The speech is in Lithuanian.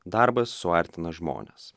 darbas suartina žmones